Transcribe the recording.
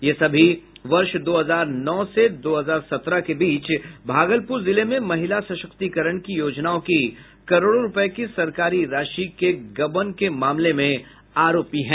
ये सभी वर्ष दो हजार नौ से दो हजार सत्रह के बीच भागलपुर जिले में महिला सशक्तिकरण की योजनाओं की करोड़ों रुपये की सरकारी राशि के गबन के मामले में आरोपी हैं